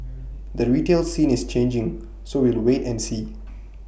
the retail scene is changing so we'll wait and see